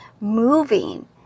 moving